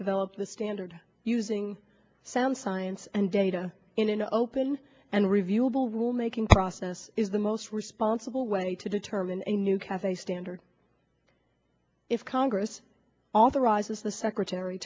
develop the standard using sound science and data in an open and reviewable rule making process is the most responsible way to determine a new cafe standards if congress authorizes the secretary